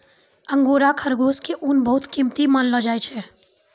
angora खरगोश के ऊन बहुत कीमती मानलो जाय छै